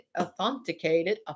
authenticated